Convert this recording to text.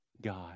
God